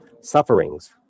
Sufferings